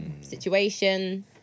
situation